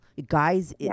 Guys